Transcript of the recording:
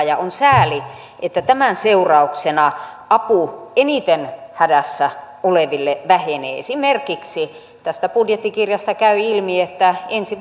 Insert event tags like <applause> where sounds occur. <unintelligible> ja on sääli että tämän seurauksena apu eniten hädässä oleville vähenee esimerkiksi tästä budjettikirjasta käy ilmi että ensi <unintelligible>